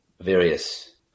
various